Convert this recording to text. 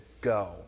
go